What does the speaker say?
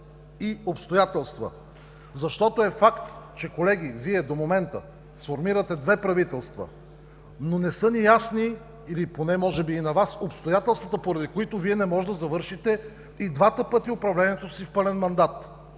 и обстоятелства? Защото е факт, че, колеги, Вие до момента сформирате две правителства, но не са ни ясни, или поне може би и на Вас, обстоятелствата, поради които Вие не можете да завършите и двата пъти управлението си в пълен мандат.